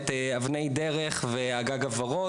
את "אבני דרך" ו-"הגג הוורוד",